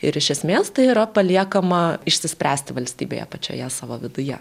ir iš esmės tai yra paliekama išsispręsti valstybėje pačioje savo viduje